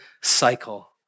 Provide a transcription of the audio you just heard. cycle